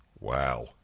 Wow